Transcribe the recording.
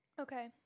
Okay